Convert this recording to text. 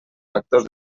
factors